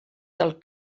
del